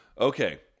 Okay